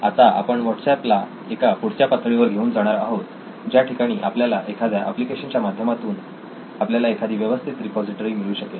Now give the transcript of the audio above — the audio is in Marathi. आता आपण व्हाट्सएप ला एका पुढच्या पातळीवर घेऊन जाणार आहोत ज्या ठिकाणी आपल्याला एखाद्या एप्लिकेशन च्या माध्यमातून आपल्याला एखादी व्यवस्थित रिपॉझिटरी मिळू शकेल